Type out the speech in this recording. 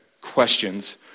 questions